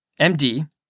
MD